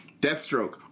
Deathstroke